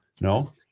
No